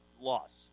loss